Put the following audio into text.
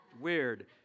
weird